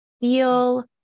feel